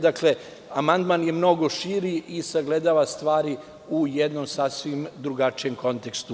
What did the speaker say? Dakle, amandman je mnogo širi i sagledava stvari u jednom sasvim drugačijem kontekstu.